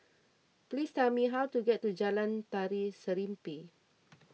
please tell me how to get to Jalan Tari Serimpi